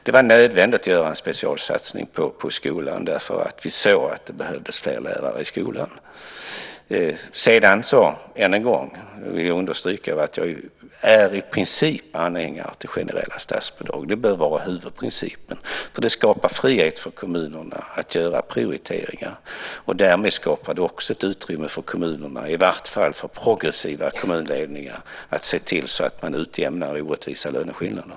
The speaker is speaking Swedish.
Det var nödvändigt att göra en specialsatsning på skolan därför att vi såg att det behövdes fler lärare. Än en gång vill jag understryka att jag i princip är anhängare till generella statsbidrag. Det bör vara huvudprincipen. Det skapar frihet för kommunerna att göra prioriteringar. Därmed skapar det också ett utrymme för kommunerna, i varje fall för progressiva kommunledningar, att se till så att man utjämnar orättvisa löneskillnader.